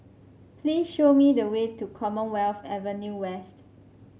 please show me the way to Commonwealth Avenue West